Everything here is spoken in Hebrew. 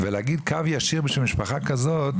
ולהגיד קו ישיר בשביל משפחה כזאת,